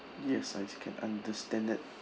yes I can understand that